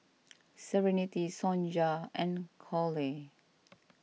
Serenity Sonja and Cole